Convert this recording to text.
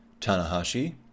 Tanahashi